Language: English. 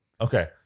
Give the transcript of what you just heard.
Okay